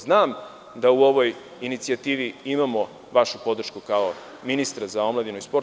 Znam da u ovoj inicijativi imamo vašu podršku kao ministra za omladinu i sport.